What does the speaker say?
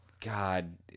God